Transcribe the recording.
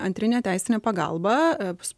antrinę teisinę pagalbą